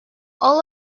all